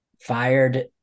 fired